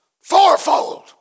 fourfold